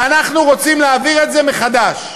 ואנחנו רוצים להעביר את זה מחדש.